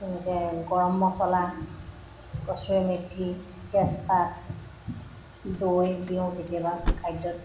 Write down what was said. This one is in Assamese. তেনেকৈ গৰম মচলা কস্তুৰি মিথি তেজপাত দৈ দিওঁ কেতিয়াবা খাদ্যত